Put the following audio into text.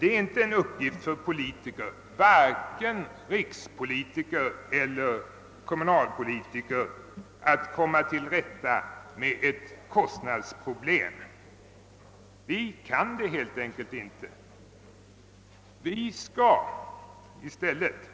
Det är inte en uppgift för politiker, vare sig för rikspolitiker eller för kommunalpolitiker, att komma till rätta med kostnadsproblem. Vi kan helt enkelt inte göra det.